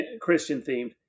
Christian-themed